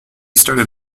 started